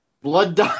Blood